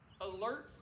alerts